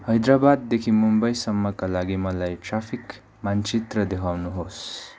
हैदराबाददेखि मुम्बईसम्मका लागि मलाई ट्राफिक मानचित्र देखाउनुहोस्